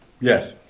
Yes